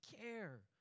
care